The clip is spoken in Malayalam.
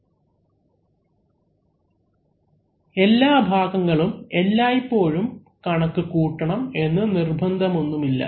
അവലംബിക്കുന്ന സ്ലൈഡ് സമയം 0307 എല്ലാ ഭാഗങ്ങളും എല്ലായ്പ്പോഴും കണക്കു കൂട്ടണം എന്ന് നിർബന്ധമൊന്നുമില്ല